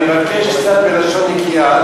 אני מבקש קצת בלשון נקייה,